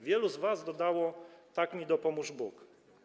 Wielu z was dodało: Tak mi dopomóż Bóg.